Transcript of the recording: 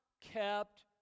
kept